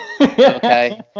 okay